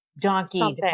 donkey